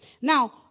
Now